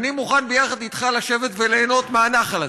אני מוכן יחד אתך לשבת וליהנות מהנחל הזה.